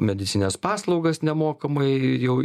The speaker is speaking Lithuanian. medicinines paslaugas nemokamai jau